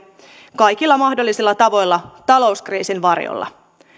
kaikilla mahdollisilla tavoilla talouskriisin varjolla